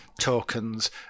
tokens